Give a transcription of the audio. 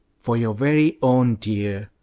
for your very own, dear,